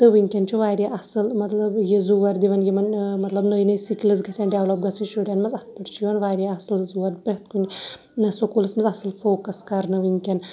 تہٕ وٕنۍکٮ۪ن چھُ واریاہ اَصٕل مطلب یہِ زور دِوان یِمَن مطلب نٔے نٔے سِکلٕز گژھن ڈیولَپ گژھٕنۍ شُرٮ۪ن منٛز اَتھ پٮ۪ٹھ چھِ یِوان واریاہ اَصٕل زور پرٮ۪تھ کُنہِ سکوٗلَس منٛز اَصٕل فوکَس کَرنہٕ وٕنۍکٮ۪ن